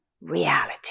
reality